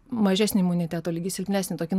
mažesnį imuniteto lygį silpnesnį tokį